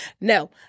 No